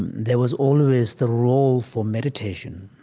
there was always the role for meditation